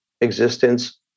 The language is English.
existence